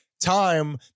time